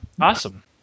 Awesome